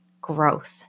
growth